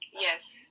Yes